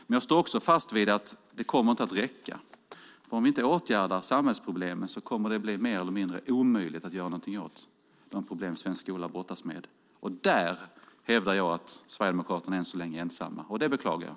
Men jag står också fast vid att detta inte kommer att räcka. Om vi inte åtgärdar samhällsproblemen kommer det att bli mer eller mindre omöjligt att göra något åt de problem svensk skola brottas med. Där hävdar jag att Sverigedemokraterna än så länge är ensamma, och det beklagar jag.